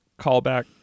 callback